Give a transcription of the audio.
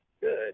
Good